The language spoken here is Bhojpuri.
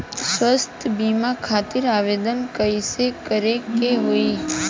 स्वास्थ्य बीमा खातिर आवेदन कइसे करे के होई?